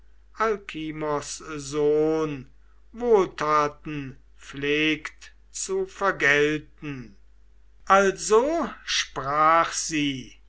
sohn wohltaten pflegt zu vergelten also sprach sie